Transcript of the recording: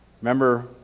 Remember